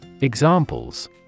Examples